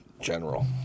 general